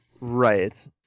Right